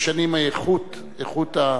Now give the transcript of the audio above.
משנה האיכות, איכות החברים.